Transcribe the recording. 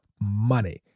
money